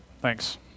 Thanks